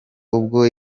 ubwo